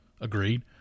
Agreed